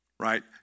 right